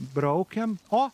braukiam o